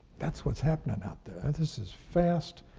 that's what's happening out there. this is fast,